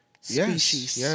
species